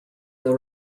the